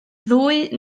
ddwy